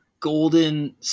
golden